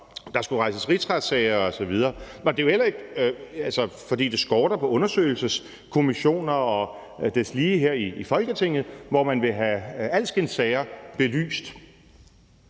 der skulle rejses rigsretssager osv. Det er jo ikke, fordi det skorter på undersøgelseskommissioner og deslige her i Folketinget, hvor man vil have alskens sager belyst.